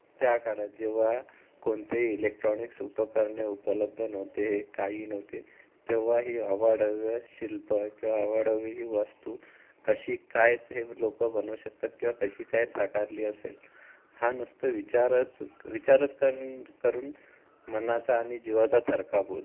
त्या काळात जेव्हा कोणतेही इलेकट्रोनिक्स उपकरणे उपलब्ध नव्हते काही नव्हते तेव्हा ही अवाढव्य शिल्पं किंवा अवाढव्य ही वस्तू कशी कायच हे लोक बनवू शकतात कशी काय साकारली असेल हा नुसता विचारच विचारच करून मनाचा आणि जिवाचा थरकाप होतो